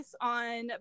on